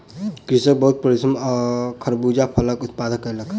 कृषक बहुत परिश्रम सॅ खरबूजा फलक उत्पादन कयलक